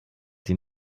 sie